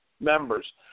members